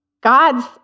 God's